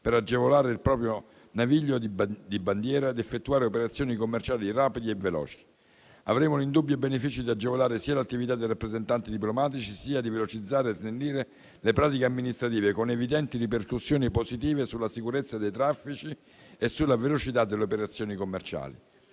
per agevolare il proprio naviglio di bandiera ad effettuare operazioni commerciali rapide e veloci. Avremo l'indubbio beneficio sia di agevolare l'attività dei rappresentanti diplomatici, sia di velocizzare e snellire le pratiche amministrative, con evidenti ripercussioni positive sulla sicurezza dei traffici e sulla velocità delle operazioni commerciali.